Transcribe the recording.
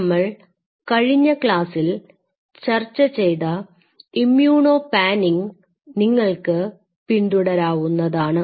നമ്മൾ കഴിഞ്ഞ ക്ലാസ്സിൽ ചർച്ച ചെയ്ത ഇമ്മ്യൂണോപാനിങ് നിങ്ങൾക്ക് പിന്തുടരാവുന്നതാണ്